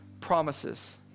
promises